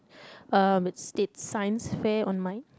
um is states science fair on my